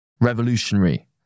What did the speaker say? revolutionary